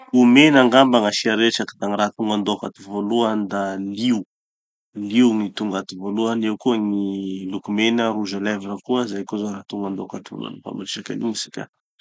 Gny mena angamba gn'asia resaky da gny raha tonga andohako ato voalohany da Lio. Lio gny tonga ato voalohany. Eo koa gny lokomena, rouge à lèvre koa. Zay koa zao raha tonga andohako ato voalohany raha fa miresaky anigny tsika.